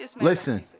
Listen